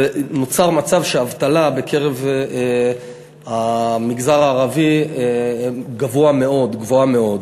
ונוצר מצב שהאבטלה בקרב המגזר הערבי גבוהה מאוד.